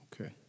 Okay